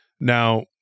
Now